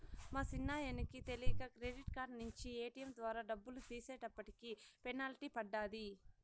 మా సిన్నాయనకి తెలీక క్రెడిట్ కార్డు నించి ఏటియం ద్వారా డబ్బులు తీసేటప్పటికి పెనల్టీ పడ్డాది